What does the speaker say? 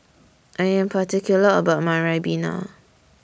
I Am particular about My Ribena